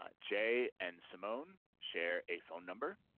ah jay and simone share a phone number.